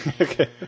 okay